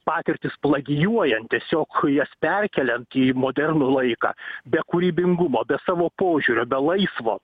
patirtis plagijuojant tiesiog jas perkeliant į modernų laiką be kūrybingumo be savo požiūrio be laisvo